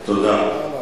תודה.